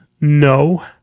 No